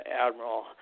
Admiral